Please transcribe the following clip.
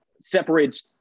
separates